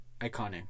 Iconic